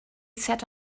sat